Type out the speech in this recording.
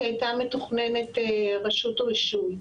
כי הייתה מתוכננת רשות הרישוי.